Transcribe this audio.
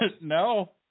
No